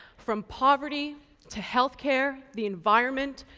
from poverty to health care, the environment,